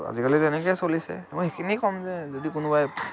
আজিকালি তেনেকেই চলিছে মই সেইখিনিয়েই ক'ম যে যদি কোনোবাই